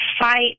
fight